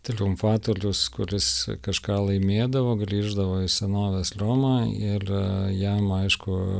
triumfatorius kuris kažką laimėdavo grįždavo į senovės romą ir jam aišku